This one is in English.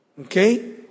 Okay